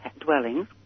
dwellings